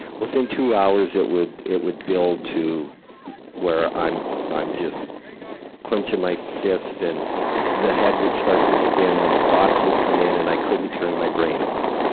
within two hours, it would it would build to where i'm i'm just clenching my fists and the head would start to spin and thoughts would come in and i couldn't turn my brain off.